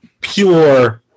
pure